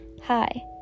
Hi